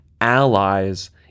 allies